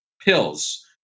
pills